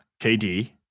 KD